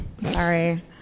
Sorry